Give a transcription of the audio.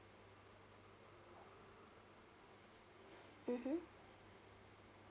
mmhmm